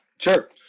Sure